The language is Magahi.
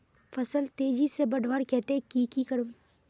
फल तेजी से बढ़वार केते की की करूम?